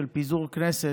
של פיזור הכנסת,